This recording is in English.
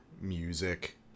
music